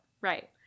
Right